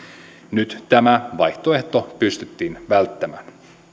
nyt tämä vaihtoehto pystyttiin välttämään